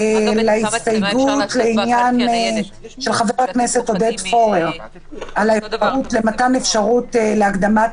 להסתייגות של חבר הכנסת עודד פורר לפיה תינתן אפשרות להקדים את